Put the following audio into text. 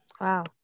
Wow